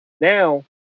Now